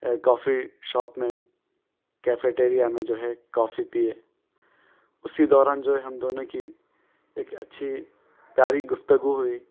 کافی shop میں cafeteria میں جو ہے کافی پیے اسی دوران جو ہے ہم دونوں کی ایک اچھی پیاری گفتگو ہوئی